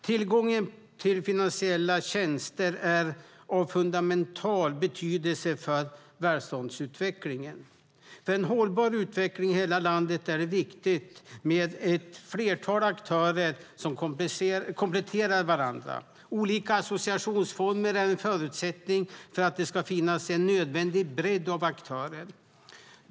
Tillgången till finansiella tjänster är av fundamental betydelse för välståndsutvecklingen. För en hållbar utveckling i hela landet är det viktigt med ett flertal aktörer som kompletterar varandra. Olika associationsformer är en förutsättning för att det ska finnas en nödvändig bredd av aktörer.